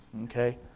okay